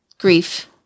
Grief